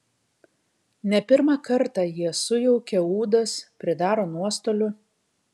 ne pirmą kartą jie sujaukia ūdas pridaro nuostolių